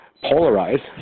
polarized